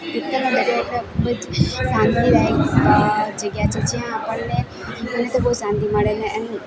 તિથલનો દરિયો ખૂબ જ શાંતિદાયક જગ્યા છે જ્યાં આપણને મને તો બહુ શાંતિ મળે ને એન્ડ